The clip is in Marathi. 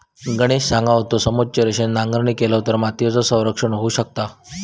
गणेश सांगा होतो, समोच्च रेषेन नांगरणी केलव तर मातीयेचा संरक्षण होऊ शकता